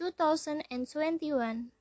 2021